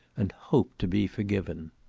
and hope to be forgiven!